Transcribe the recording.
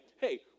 hey